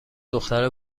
دختر